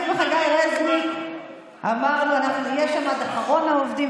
אני וחגי רזניק אמרנו: אנחנו נהיה שם עד אחרון העובדים,